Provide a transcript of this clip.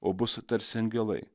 o bus tarsi angelai